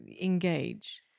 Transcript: engage